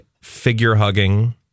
figure-hugging